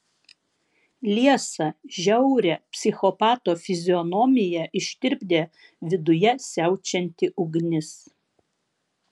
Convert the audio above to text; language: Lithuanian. liesą žiaurią psichopato fizionomiją ištirpdė viduje siaučianti ugnis